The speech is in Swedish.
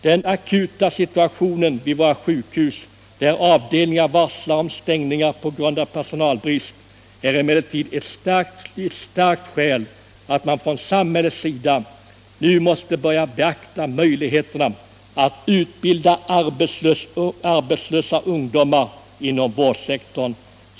Den akuta situationen vid våra sjukhus, där avdelningar varslar om stängning på grund av personalbrist, är emellertid ett starkt skäl till att man från samhällets sida nu måste börja beakta möjligheterna att utbilda arbetslösa ungdomar inom vårdsektorn.